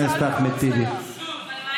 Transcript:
ואני מבטיחך נאמנה שעוד נעשה.